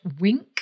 wink